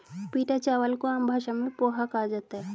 पीटा चावल को आम भाषा में पोहा कहा जाता है